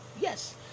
Yes